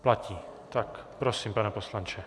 Platí, tak prosím, pane poslanče.